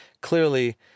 clearly